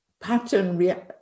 pattern